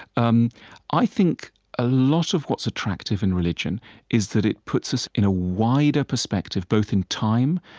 um i think a lot of what's attractive in religion is that it puts us in a wider perspective both in time